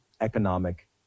economic